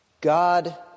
God